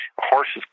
Horses